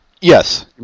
Yes